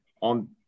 On